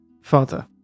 father